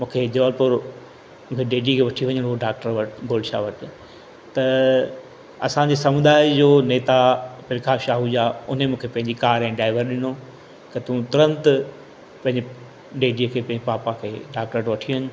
मूंखे जबलपुर गॾु डेडी खे वठी वञिणो हुओ डॉक्टर वटि गोल्ड शॉवर ते त असांजे समुदाय जो नेता प्रकाश आहुजा उन मूंखे पंहिंजी कार ऐं ड्राइवर ॾिनो की तूं तुरंत पंहिंजे डेडीअ खे पंहिंजे पापा खे डॉक्टर वटि वञु